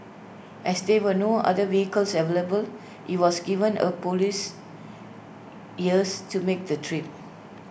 as there were no other vehicles available he was given A Police hearse to make the trip